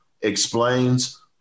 explains